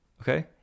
okay